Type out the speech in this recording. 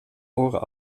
oren